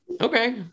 okay